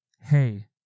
Hey